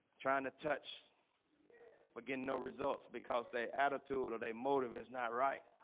trying to touch but getting no results because they attitude or they motive is not right